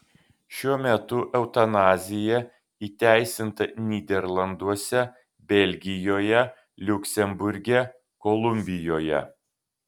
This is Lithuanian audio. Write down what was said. šiuo metu eutanazija įteisinta nyderlanduose belgijoje liuksemburge kolumbijoje